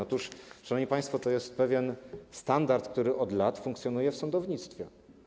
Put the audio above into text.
Otóż, szanowni państwo, to jest pewien standard, który od lat funkcjonuje w sądownictwie.